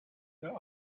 their